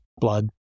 blood